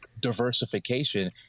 diversification